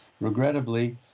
regrettably